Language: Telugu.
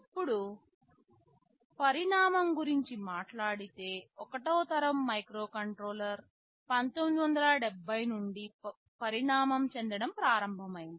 ఇప్పుడు పరిణామం గురించి మాట్లాడితే ఒకటవ తరం మైక్రోకంట్రోలర్ 1970 నుండి పరిణామం చెందడం ప్రారంభమైంది